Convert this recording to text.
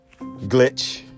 Glitch